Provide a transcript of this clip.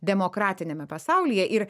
demokratiniame pasaulyje ir